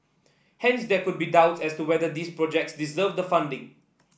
hence there could be doubts as to whether these projects deserved the funding